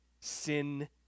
sin